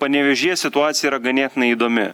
panevėžyje situacija yra ganėtinai įdomi